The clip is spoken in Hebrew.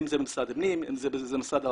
אם זה משרד הפנים, אם זה משרד הרווחה,